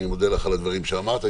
אני מודה לך על הדברים שאמרת.